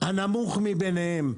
הנמוך ביניהם.